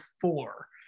four